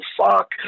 fuck